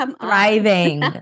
thriving